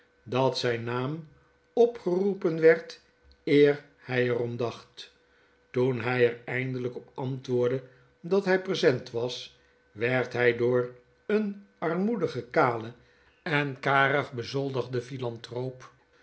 dat zgn naam opgeroepen werd eer hij er om dacht toen hy er eindelp op antwoordde dat hy present was werd hi door een armoedigen kalen er karig bezoldigden philanthroop